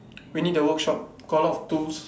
we need the workshop got a lot of tools